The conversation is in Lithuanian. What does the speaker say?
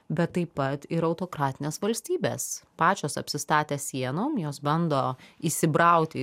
bet taip pat ir autokratinės valstybės pačios apsistatę sienom jos bando įsibrauti